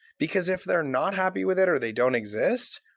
because if they're not happy with it or they don't exist,